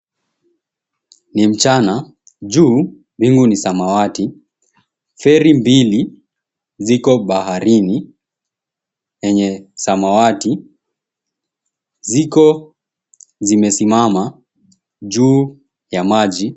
Ni mchana. Juu bingu ni samawati. Feri mbili ziko baharini lenye samawati. Ziko zimesimama juu ya maji.